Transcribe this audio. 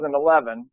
2011